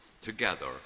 Together